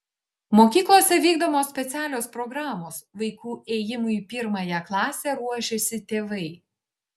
mokyklose vykdomos specialios programos vaikų ėjimui į pirmąją klasę ruošiasi tėvai